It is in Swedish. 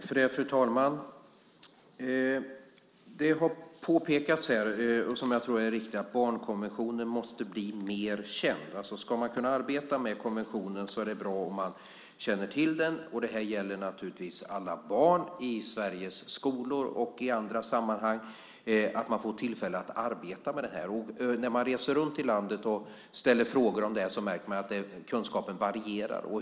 Fru talman! Det har påpekats, vilket jag tror är riktigt, att barnkonventionen måste bli mer känd. Ska man kunna arbeta med konventionen är det bra om man känner till den. Det gäller naturligtvis alla barn i Sveriges skolor och i andra sammanhang, att man får tillfälle att arbeta med det här. När man reser runt i landet och ställer frågor om det här märker man att kunskaperna varierar.